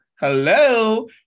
Hello